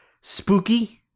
spooky